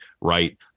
right